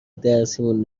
درسیمون